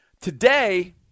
Today